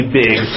big